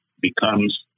becomes